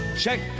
Check